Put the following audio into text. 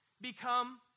become